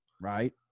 right